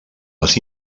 les